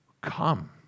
come